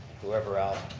whoever else,